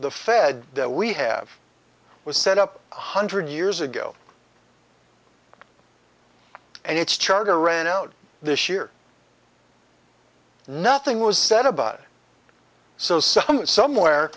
the fed that we have was set up one hundred years ago and its charter ran out this year nothing was said about it so someone somewhere